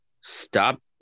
stop